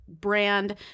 brand